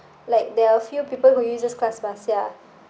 like there are a few people who uses classpass ya